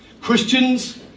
Christians